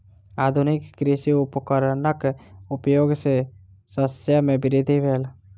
आधुनिक कृषि उपकरणक उपयोग सॅ शस्य मे वृद्धि भेल